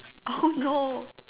oh no